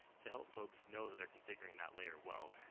to help folks know that they're configuring that layer well.